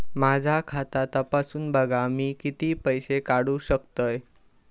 माझा खाता तपासून बघा मी किती पैशे काढू शकतय?